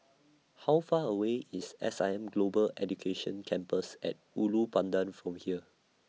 How Far away IS S I M Global Education Campus At Ulu Pandan from here